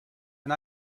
and